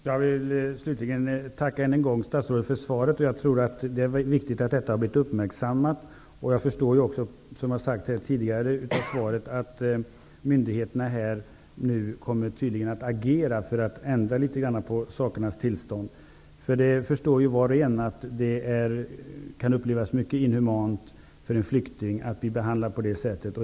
Fru talman! Jag vill än en gång tacka statsrådet för svaret. Jag tror att det är viktigt att frågan har blivit uppmärksammad. Jag förstår att myndigheterna nu tydligen skall agera för att ändra litet grand på sakernas tillstånd. Var och en förstår att det kan upplevas mycket inhumant för en flykting att bli behandlad på det sättet.